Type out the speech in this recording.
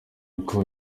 uko